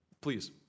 Please